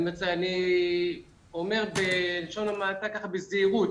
אני אומר בלשון המעטה ככה בזהירות,